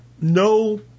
no